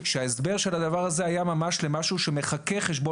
שההסבר של הדבר הזה היה משהו שמחקה חשבון